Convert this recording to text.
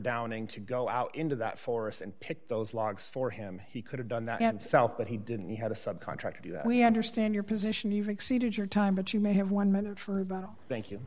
downing to go out into that forest and pick those logs for him he could have done that and south but he didn't he had a subcontractor we understand your position you've exceeded your time but you may have one minute for about oh thank you